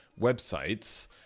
websites